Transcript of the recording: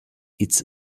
its